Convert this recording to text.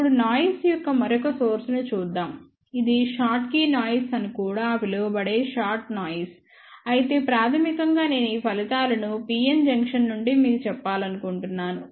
ఇప్పుడు నాయిస్ యొక్క మరొక సోర్స్ ని చూద్దాం ఇది షాట్కీ నాయిస్ అని కూడా పిలువబడే షాట్ నాయిస్ అయితే ప్రాథమికంగా నేను ఈ ఫలితాలను p n జంక్షన్ నుండి మీకు చెప్పాలనుకుంటున్నాను